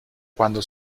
cuando